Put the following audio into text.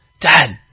dad